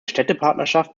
städtepartnerschaft